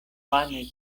vane